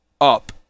up